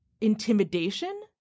intimidation